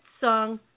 song